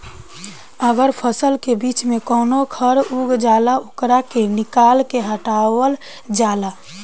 अगर फसल के बीच में कवनो खर उग जाला ओकरा के निकाल के हटावल जाला